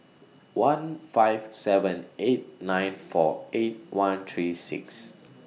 one five seven eight nine four eight one three six